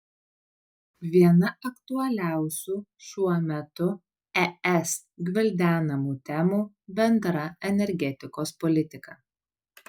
viena aktualiausių šiuo metu es gvildenamų temų bendra energetikos politika